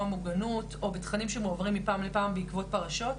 מוגנות או בתכנים שמועברים מפעם לפעם בעקבות פרשות,